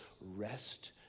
Rest